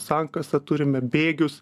sankasą turime bėgius